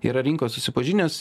yra rinkoj susipažinęs